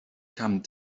come